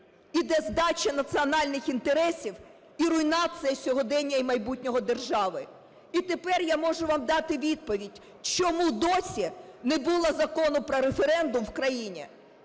йде здача національних інтересів і руйнація сьогодення і майбутнього держави. І тепер я можу вам дати відповідь, чому досі не було Закону про референдум у країні.